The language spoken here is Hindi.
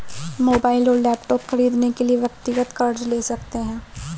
मोबाइल और लैपटॉप खरीदने के लिए व्यक्तिगत कर्ज ले सकते है